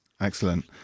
excellent